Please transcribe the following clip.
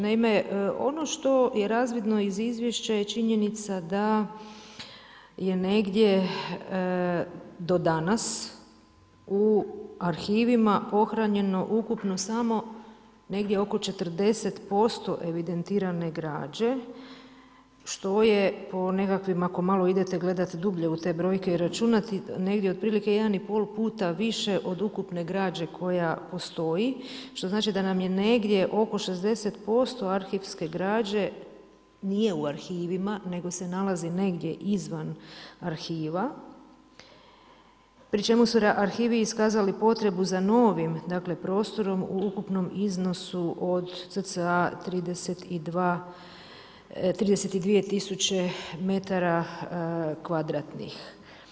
Naime ono što je razvidno iz izvješća je činjenica da je negdje do danas u arhivima pohranjeno ukupno samo negdje oko 40% evidentirane građe, što je po nekakvim, ako malo idete gledat dublje u te brojke i računati, negdje otprilike jedan i pol puta više od ukupne građe koja postoji, što znači da nam je negdje oko 60% arhivske građe nije u arhivima, nego se nalazi negdje izvan arhiva pri čemu su arhivi iskazali potrebu za novim prostorom u ukupnom iznosu od cca 32 000 metara kvadratnih.